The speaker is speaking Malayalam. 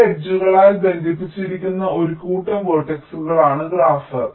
ചില എഡ്ജുകളാൽ ബന്ധിപ്പിച്ചിരിക്കുന്ന ഒരു കൂട്ടം വേർട്ടക്സുകൾ ആണ് ഗ്രാഫ്